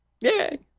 Yay